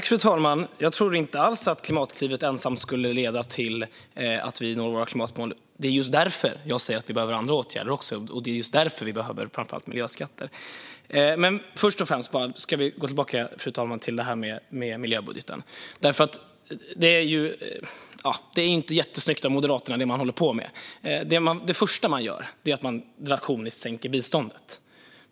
Fru talman! Jag tror inte alls att Klimatklivet ensamt leder till att vi når våra klimatmål. Det är just därför jag säger att vi behöver andra åtgärder också. Det är just därför vi behöver framför allt miljöskatter. Först och främst, för att gå tillbaka till miljöbudgeten, fru talman, är det som Moderaterna håller på med inte jättesnyggt. Det första man gör är att drakoniskt sänka biståndet.